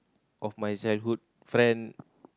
of my childhood friend